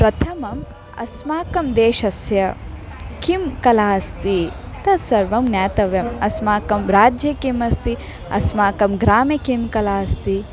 प्रथमम् अस्माकं देशस्य किं कला अस्ति तत्सर्वं ज्ञातव्यम् अस्माकं राज्ये किम् अस्ति अस्माकं ग्रामे का कला अस्ति